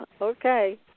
Okay